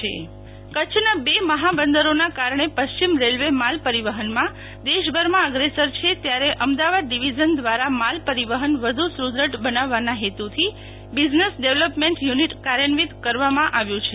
શિતલ વૈશ્નવ મહાબંદરો પર માલ પરિવહન કચ્છના બે મહાબંદરોના કારણે પશ્ચિમ રેલવે માલપરિવહનમાં દેશભરમાં અગ્રેસર છે ત્યારે અમદાવાદ ડિવિઝન દ્વારા માલપરિવહન વધુ સુ દૃઢ બનાવવાના હેતુ થી બિઝનેસ ડેવલોપમેન્ટ યુ નિટ કાર્યાન્વિત કરવામાં આવ્યું છે